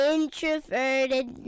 Introverted